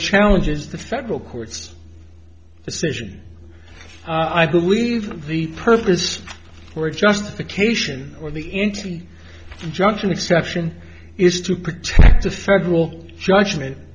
challenges the federal courts decision i believe the purpose or justification or the n t injunction exception is to protect the federal judgment